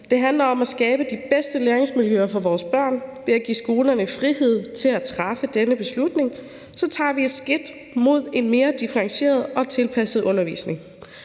Det handler om at skabe de bedste læringsmiljøer for vores børn, og ved at give skolerne frihed til at træffe denne beslutning, tager vi et skridt mod en mere differentieret og tilpasset undervisning.